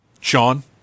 Sean